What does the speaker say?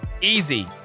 easy